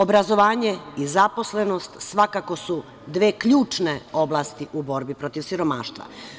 Obrazovanje i zaposlenost svakako su dve ključne oblasti u borbi protiv siromaštva.